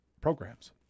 programs